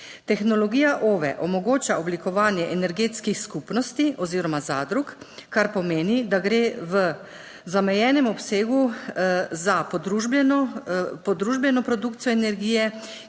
Tehnologija OVE omogoča oblikovanje energetskih skupnosti oziroma zadrug, kar pomeni, da gre v zamejenem obsegu za podružbeno produkcijo energije,